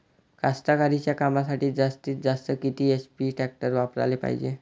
कास्तकारीच्या कामासाठी जास्तीत जास्त किती एच.पी टॅक्टर वापराले पायजे?